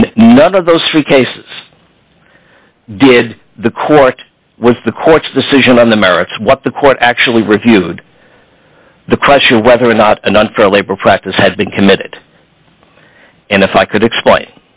in none of those three cases did the court was the court's decision on the merits what the court actually reviewed the question of whether or not an unfair labor practice had been committed and if i could explain